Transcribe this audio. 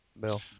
Bill